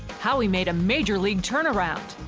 how he made a major league turnaround.